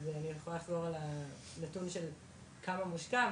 אז אני יכולה לחזור על הנתון של כמה מושקע,